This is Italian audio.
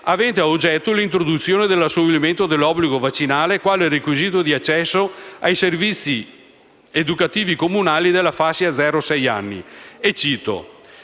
ad oggetto l'introduzione dell'assolvimento dell'obbligo vaccinale quale requisito di accesso ai servizi educativi comunali della fascia da zero